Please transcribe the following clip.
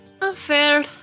Unfair